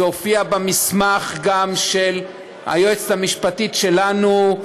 וזה הופיע גם במסמך של היועצת המשפטית שלנו.